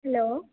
hello